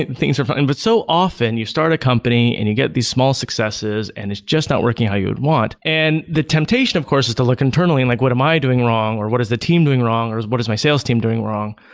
things are fine. but so often you start a company and you get these small successes and it's just not working how you'd want, and the temptation of course is to look internally and like, what am i doing wrong, or what is the team doing wrong, or what is my sales team doing wrong?